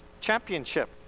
championship